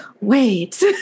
wait